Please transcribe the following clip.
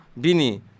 Bini